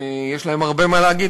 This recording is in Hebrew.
יש להן הרבה מה להגיד.